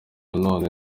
none